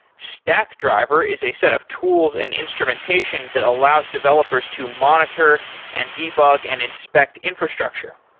stackdriver is a set of tools and instrumentation that allows developers to monitor and debug and inspect infrastructure.